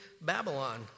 Babylon